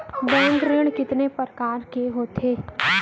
Bank ऋण कितने परकार के होथे ए?